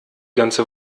ganze